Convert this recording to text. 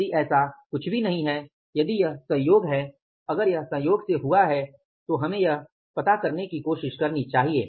यदि ऐसा कुछ भी नहीं है यदि यह संयोग है अगर यह संयोग से हुआ है तो हमें यह पता करने की कोशिश करनी चाहिए